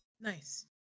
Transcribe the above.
Nice